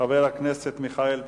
חבר הכנסת מיכאל בן-ארי,